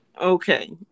Okay